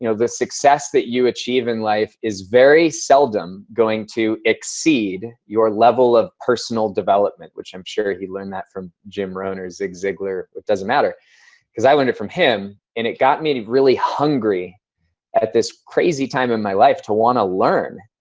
you know the success that you achieve in life is very seldom going to exceed your level of personal development which i'm sure he learned that from jim rohn or zig ziglar, it doesn't matter because i learned it from him and it got me really hungry at this crazy time in my life to want to learn.